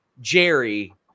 Jerry